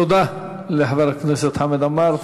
תודה לחבר הכנסת חמד עמאר.